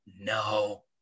No